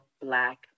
Black